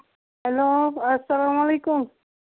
hello اَسلام علیکُم